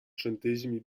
centesimi